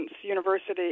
University